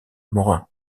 morin